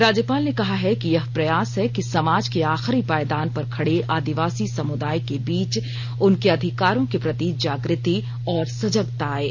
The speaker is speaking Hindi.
राज्यपाल ने कहा है कि यह प्रयास है कि समाज के आखिरी पायदान पर खड़े आदिवासी समुदाय के बीच उनके अधिकारों के प्रति जागृति और सजगता आये